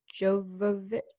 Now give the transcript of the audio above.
Jovovic